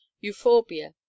euphorbia